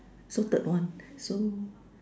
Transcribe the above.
suited one so